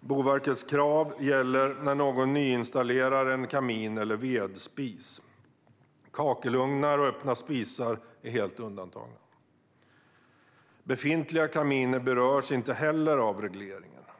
Boverkets krav gäller när någon nyinstallerar en kamin eller vedspis. Kakelugnar och öppna spisar är helt undantagna. Befintliga kaminer berörs inte heller av regleringen.